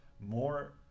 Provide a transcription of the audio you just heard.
more